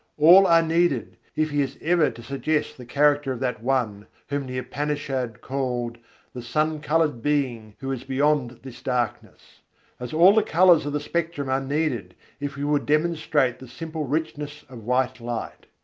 all are needed, if he is ever to suggest the character of that one whom the upanishad called the sun-coloured being who is beyond this darkness as all the colours of the spectrum are needed if we would demonstrate the simple richness of white light.